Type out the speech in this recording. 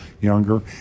younger